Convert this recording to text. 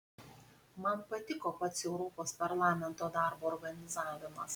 man patiko pats europos parlamento darbo organizavimas